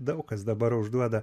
daug kas dabar užduoda